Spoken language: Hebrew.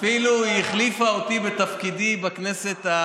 ואז חשבתי שהתפקיד של יו"ר ועדת הפנים,